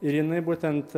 ir jinai būtent